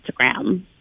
Instagram